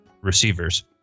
receivers